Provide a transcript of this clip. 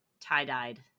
tie-dyed